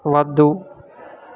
వద్దు